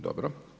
Dobro.